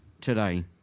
today